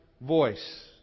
voice